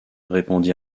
répondit